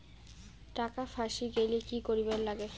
টাকা ফাঁসি গেলে কি করিবার লাগে?